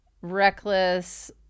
reckless